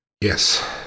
Yes